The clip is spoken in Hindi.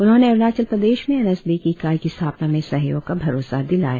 उन्होंने अरुणाचल प्रदेश में एन एस डी की इकाई के स्थापना में सहयोग का भरोसा दिलाया